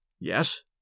Yes